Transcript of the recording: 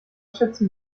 schätzen